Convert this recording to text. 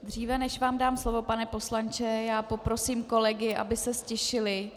Dříve než vám dám slovo, pane poslanče, poprosím kolegy, aby se ztišili.